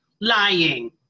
Lying